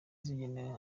zigenewe